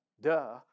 duh